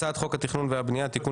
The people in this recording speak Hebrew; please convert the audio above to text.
הצעת חוק התכנון והבנייה (תיקון,